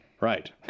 Right